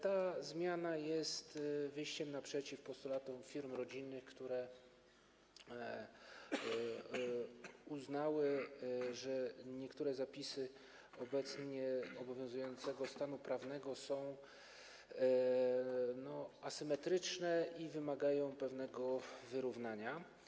Ta zmiana jest wyjściem naprzeciw postulatom firm rodzinnych, które uznały, że niektóre zapisy obecnie obowiązującego stanu prawnego są asymetryczne i wymagają pewnego wyrównania.